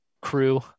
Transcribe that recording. crew